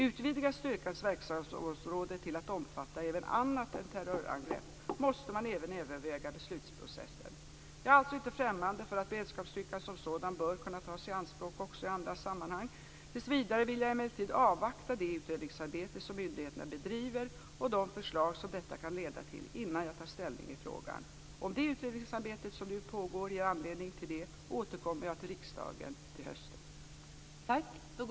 Utvidgas styrkans verksamhetsområde till att omfatta även annat än terrorangrepp, måste man även överväga beslutsprocessen. Jag är alltså inte främmande för att beredskapsstyrkan som sådan bör kunna tas i anspråk också i andra sammanhang. Tills vidare vill jag emellertid avvakta det utredningsarbete som myndigheterna bedriver och de förslag som detta kan leda till innan jag tar ställning i frågan. Om det utredningsarbete som nu pågår ger anledning till det, återkommer jag till riksdagen under hösten.